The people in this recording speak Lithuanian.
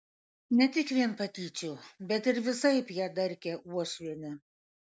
ne tik vien patyčių bet ir visaip ją darkė uošvienė